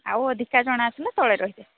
ଆଉ ଅଧିକ ଜଣ ଆସିଲେ ତଳେ ରହିବେ